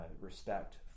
respect